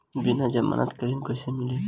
बिना जमानत के ऋण कैसे मिली?